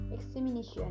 examination